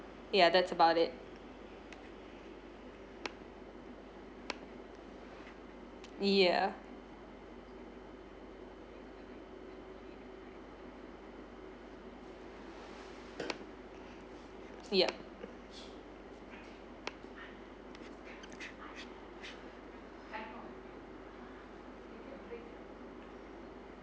yeah that's about it yeah yup